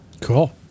cool